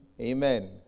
amen